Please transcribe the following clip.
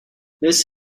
this